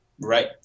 Right